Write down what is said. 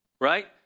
right